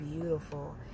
beautiful